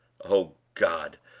o god!